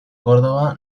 córdoba